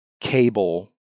cable